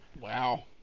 Wow